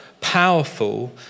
powerful